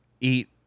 eat